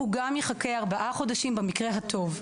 הוא גם יחכה ארבעה חודשים במקרה הטוב.